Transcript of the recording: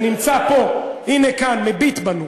שנמצא פה, הנה, כאן, מביט בנו,